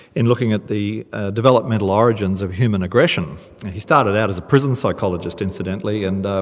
in looking at the ah developmental origins of human aggression. and he started out as a prison psychologist incidentally, and